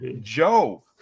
Joe